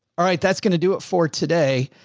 all right. that's going to do it for today.